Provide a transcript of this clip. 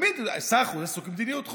תמיד שר החוץ עסוק במדיניות חוץ.